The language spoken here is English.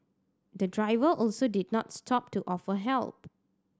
the driver also did not stop to offer help